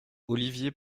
olivier